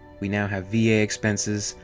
we now have v a. expenses,